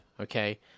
okay